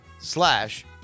slash